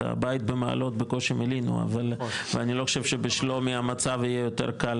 את הבית במעלות בקושי מילאנו ואני לא חושב שבשלומי המצב יהיה יותר קל,